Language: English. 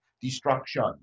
destruction